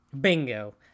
Bingo